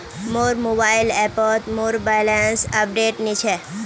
मोर मोबाइल ऐपोत मोर बैलेंस अपडेट नि छे